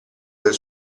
del